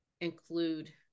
include